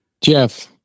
Jeff